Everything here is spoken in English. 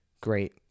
great